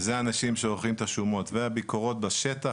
אלה האנשים שאוכפים את השומות והביקורות בשטח,